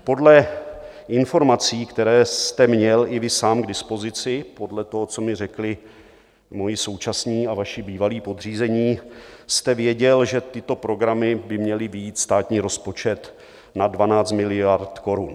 Podle informací, které jste měl i vy sám k dispozici podle toho, co mi řekli moji současní a vaší bývalí podřízení, jste věděl, že tyto programy by měly vyjít státní rozpočet na 12 miliard korun.